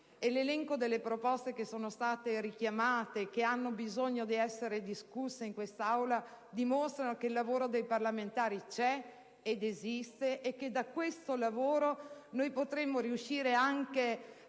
l'elenco delle proposte che sono state richiamate e che devono essere discusse in questa Aula dimostrano che il lavoro dei parlamentari esiste e che con esso potremo riuscire anche a